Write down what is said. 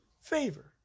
favor